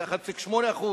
זה 1.8%,